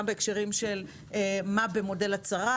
גם בהקשרים של מה במודל הצרה,